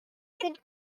good